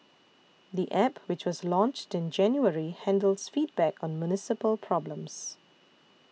the App which was launched in January handles feedback on municipal problems